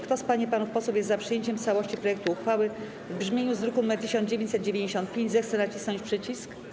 Kto z pań i panów posłów jest za przyjęciem w całości projektu uchwały w brzmieniu z druku nr 1995, zechce nacisnąć przycisk.